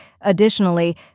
Additionally